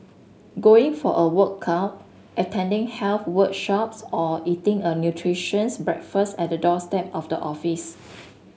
going for a workout attending health workshops or eating a breakfast at the doorstep of the office